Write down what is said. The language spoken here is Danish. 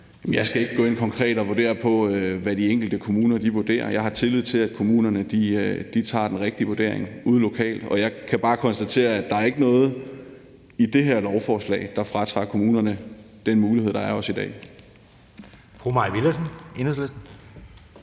Jeg skal ikke gå ind og konkret vurdere på, hvad de enkelte kommuner vurderer. Jeg har tillid til, at kommunerne foretager den rigtige vurdering ude lokalt. Jeg kan bare konstatere, at der ikke er noget i det her lovforslag, der fratager kommunerne den mulighed, der er også i dag.